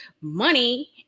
money